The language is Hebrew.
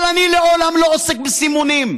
אבל אני לעולם לא עוסק בסימונים,